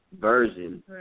version